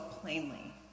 plainly